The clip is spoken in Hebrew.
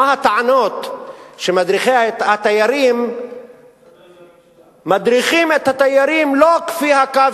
מה הטענות שמדריכי התיירים מדריכים את התיירים לא לפי הקו